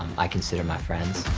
i consider my friends.